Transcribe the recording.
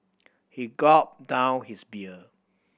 he gulped down his beer